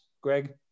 Greg